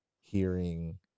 hearing